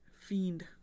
fiend